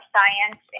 Science